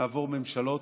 נעבור ממשלות,